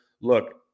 Look